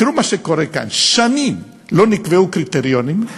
תראו מה שקורה כאן: שנים לא נקבעו קריטריונים.